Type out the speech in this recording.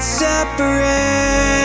separate